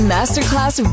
Masterclass